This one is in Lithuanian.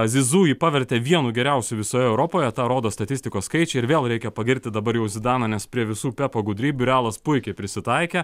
zizu jį pavertė vienu geriausių visoje europoje tą rodo statistikos skaičiai ir vėl reikia pagirti dabar jau zidaną nes prie visų pepo gudrybių realas puikiai prisitaikė